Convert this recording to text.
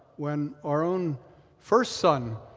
when our own first son